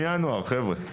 מינואר, חבר'ה.